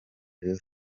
rayon